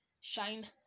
shine